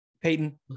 Peyton